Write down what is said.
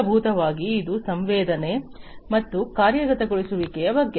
ಮೂಲಭೂತವಾಗಿ ಇದು ಸಂವೇದನೆ ಮತ್ತು ಕಾರ್ಯಗತಗೊಳಿಸುವಿಕೆಯ ಬಗ್ಗೆ